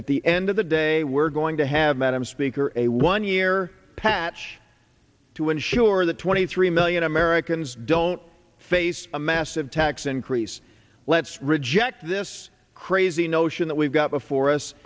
at the end of the day we're going to have madam speaker a one year patch to ensure that twenty three million americans don't face a massive tax increase let's this crazy notion that we've got before us